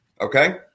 Okay